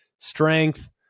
strength